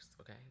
okay